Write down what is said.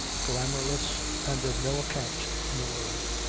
glamourless, and of no account in the world.